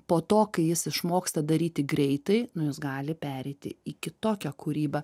po to kai jis išmoksta daryti greitai nu jis gali pereiti į kitokią kūrybą